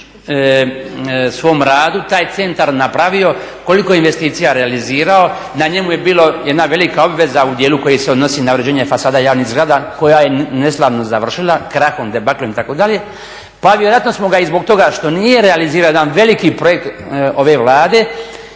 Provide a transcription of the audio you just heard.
svom radu taj centar napravio, koliko investicija realizirao. Na njemu je bila jedna velika obveza u dijelu koji se odnosi na uređenje fasada i javnih zgrada koja je neslavno završila krahom, debaklom itd. Pa vjerojatno smo ga i zbog toga što nije realizirao jedan veliki projekt ove Vlade